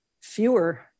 fewer